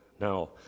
now